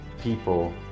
people